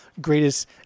greatest